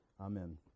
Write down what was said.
amen